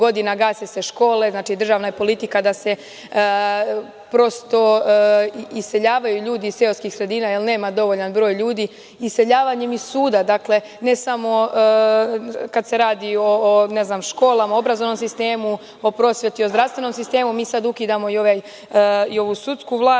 godina gase se škole. Znači državna je politika da se iseljavaju ljudi iz seoskih sredina, jer nema dovoljan broj ljudi. Iseljavanjem iz suda, dakle, ne samo kada se radi o ne znam školama, obrazovnom sistemu, o prosvetu, o zdravstvenom sistemu, mi sada ukidamo i ovu sudsku vlast